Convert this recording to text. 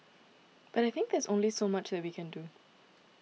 but I think there's only so much that we can do